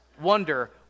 wonder